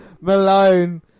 Malone